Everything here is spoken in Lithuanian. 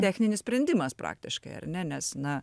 techninis sprendimas praktiškai ar ne nes na